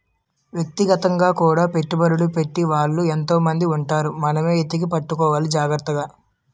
వ్యక్తిగతంగా కూడా పెట్టుబడ్లు పెట్టే వాళ్ళు ఎంతో మంది ఉంటారు మనమే ఎతికి పట్టుకోవాలి జాగ్రత్తగా